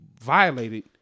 violated